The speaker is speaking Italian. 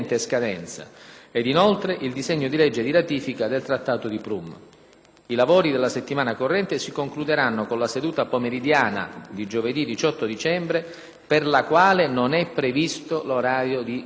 e, inoltre, il disegno di legge di ratifica del Trattato di Prum. I lavori della settimana corrente si concluderanno con la seduta pomeridiana di giovedì 18 dicembre, per la quale non è previsto l'orario di chiusura.